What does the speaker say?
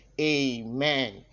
Amen